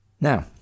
Now